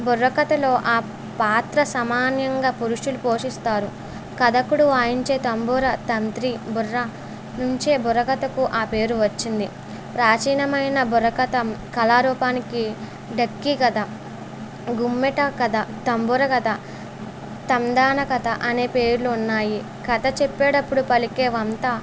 బుర్రకథలో ఆ పాత్ర సమానంగా పురుషులు పోషిస్తారు కథకుడు వాయించే తంబూరా తంత్రి బుర్రా నుంచే బుర్రకథకు ఆ పేరు వచ్చింది ప్రాచీనమైన బుర్రకథ కళారూపానికి డెక్కీ కథ గుమ్మెట కథ తంబుర కథ తందాన కథ అనే పేర్లు ఉన్నాయి కథ చెప్పేటప్పుడు పలికే వంత